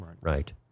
right